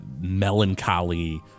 melancholy